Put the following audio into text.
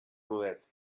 rodet